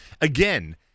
again